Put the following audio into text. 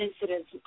incidents